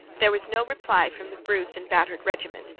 there was no reply from the bruised and battered regiment,